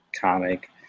comic